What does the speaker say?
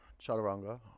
chaturanga